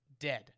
dead